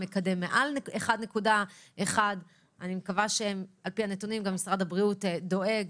המקדם מעל 1.1. אני מקווה שעל פי הנתונים גם משרד הבריאות דואג,